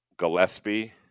Gillespie